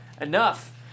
Enough